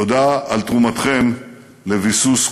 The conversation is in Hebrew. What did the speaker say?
תודה על תרומתכם לביסוס כוחנו.